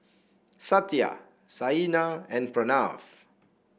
Satya Saina and Pranav